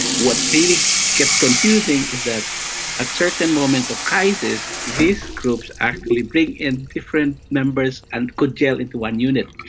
what clearly gets confusing is that at certain moments of crisis, these groups actually bring in different members and congeal into one unit.